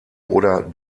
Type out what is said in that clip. oder